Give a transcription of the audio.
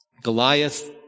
Goliath